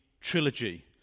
trilogy